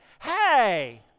hey